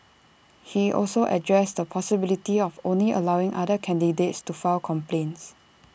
he also addressed the possibility of only allowing other candidates to file complaints